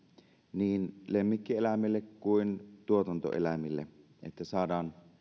niin lemmikkieläimille kuin tuotantoeläimille että saadaan